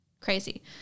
crazy